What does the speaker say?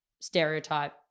stereotype